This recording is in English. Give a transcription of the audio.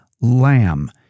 Lamb